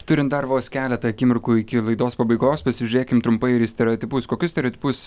turim dar vos keletą akimirkų iki laidos pabaigos pasižiūrėkim trumpai ir į stereotipus kokius stereotipus